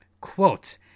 Quote